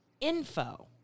info